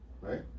right